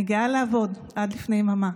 אני גאה לעבוד, עד לפני יממה,